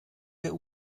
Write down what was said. der